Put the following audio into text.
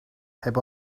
heb